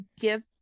give